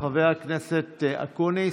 חבר הכנסת אקוניס.